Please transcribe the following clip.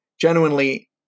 genuinely